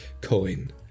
coin